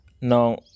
Now